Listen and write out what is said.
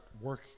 work